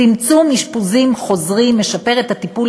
צמצום אשפוזים חוזרים משפר את הטיפול